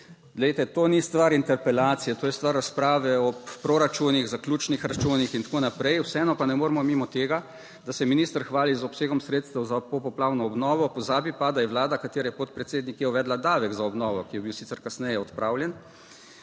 to ni stvar interpelacije. To je stvar razprave o proračunih, zaključnih računih in tako naprej, Vseeno pa ne moremo mimo tega, da se minister hvali z obsegom sredstev za popoplavno obnovo, pozabi pa, da je Vlada, katere podpredsednik je, uvedla davek za obnovo, ki je bil sicer kasneje odpravljen.